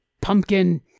pumpkin